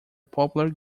popular